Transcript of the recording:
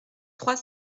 trois